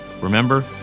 Remember